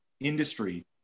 industry